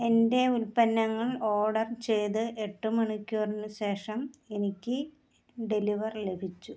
എന്റെ ഉൽപ്പന്നങ്ങൾ ഓർഡർ ചെയ്ത് എട്ട് മണിക്കൂറിന് ശേഷം എനിക്ക് ഡെലിവർ ലഭിച്ചു